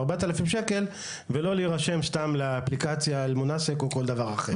ארבעת אלפים שקל ולא להירשם סתם לאפליקציה אל-מונסק או כל דבר אחר.